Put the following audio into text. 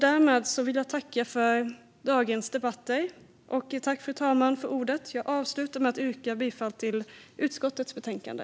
Därmed vill jag tacka för dagens debatter. Jag avslutar med att yrka bifall till utskottets förslag.